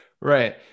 right